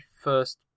first